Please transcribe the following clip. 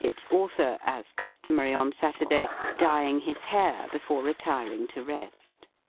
its author, as customary on saturday, dyeing his hair, before retiring to rest.